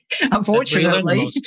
Unfortunately